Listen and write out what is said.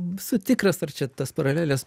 nesu tikras ar čia tas paraleles